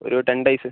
ഒരു ten days